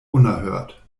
unerhört